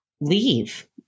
leave